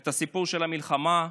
את הסיפור של המלחמה,